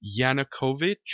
Yanukovych